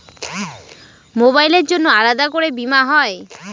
মোবাইলের জন্য আলাদা করে বীমা হয়?